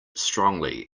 strongly